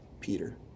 Peter